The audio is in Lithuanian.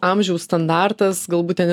amžiaus standartas galbūt ten